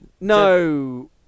No